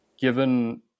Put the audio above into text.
given